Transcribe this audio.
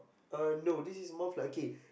uh no this is more of like okay